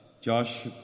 Josh